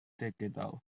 digidol